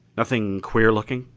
nothing queer looking?